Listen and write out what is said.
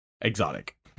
exotic